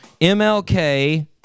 MLK